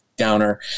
downer